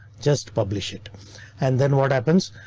just publish it and then what happens?